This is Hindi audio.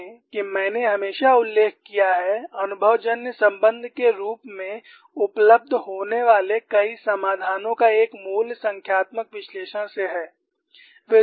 देखें कि मैंने हमेशा उल्लेख किया है अनुभवजन्य संबंध के रूप में उपलब्ध होने वाले कई समाधानों का एक मूल संख्यात्मक विश्लेषण से है